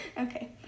Okay